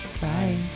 Bye